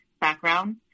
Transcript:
background